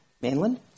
Mainland